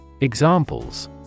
Examples